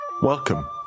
Welcome